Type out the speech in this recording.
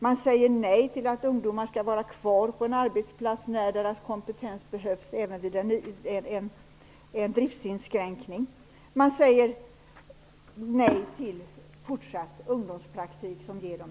Man säger nej till att ungdomar är kvar på en arbetsplats trots att deras kompetens behövs, och det gäller även vid driftsinskränkningar. Man säger nej till fortsatt ungdomspraktik som ger jobb.